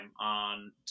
on